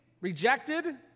rejected